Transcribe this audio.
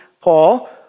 Paul